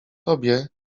tobie